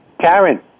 Karen